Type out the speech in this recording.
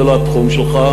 זה לא התחום שלך,